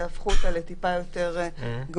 והפכו את זה לטיפה יותר גמיש,